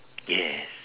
yes